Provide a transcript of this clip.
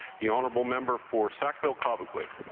the honourable member for sackville co boquit.